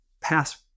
pass